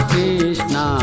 Krishna